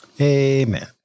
Amen